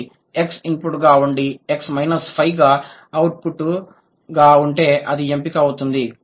X input గా ఉండి X 5 output గా ఉంటే అది ఎంపిక అవుతుంది